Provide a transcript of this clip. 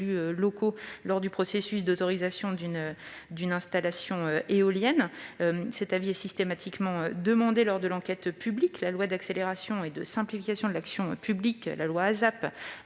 locaux lors du processus d'autorisation d'une installation éolienne ; leur avis est systématiquement demandé lors de l'enquête publique. La loi du 7 décembre 2020 d'accélération et de simplification de l'action publique, dite ASAP,